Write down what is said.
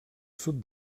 sud